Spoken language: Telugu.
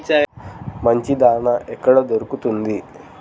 మంచి దాణా ఎక్కడ దొరుకుతుంది?